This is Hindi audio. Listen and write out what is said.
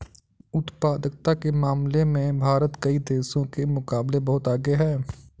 उत्पादकता के मामले में भारत कई देशों के मुकाबले बहुत आगे है